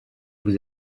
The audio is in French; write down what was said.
vous